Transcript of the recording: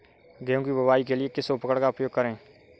गेहूँ की बुवाई के लिए किस उपकरण का उपयोग करें?